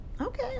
Okay